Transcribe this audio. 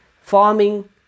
farming